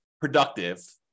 productive